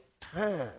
time